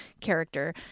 character